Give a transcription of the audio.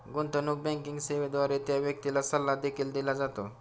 गुंतवणूक बँकिंग सेवेद्वारे त्या व्यक्तीला सल्ला देखील दिला जातो